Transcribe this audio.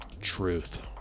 Truth